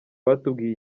batubwiye